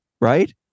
right